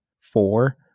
four